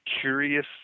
curious